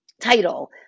title